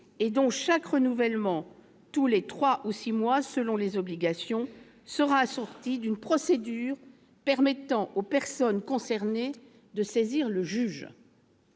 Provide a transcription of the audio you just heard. et dont chaque renouvellement, tous les trois ou six mois selon les obligations, sera assorti d'une procédure permettant aux personnes concernées de saisir le juge.